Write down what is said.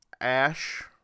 Ash